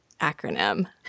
acronym